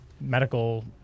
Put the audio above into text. medical